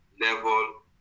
level